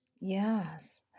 Yes